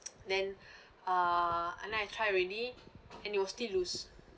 then uh and then I tried already and it was still loose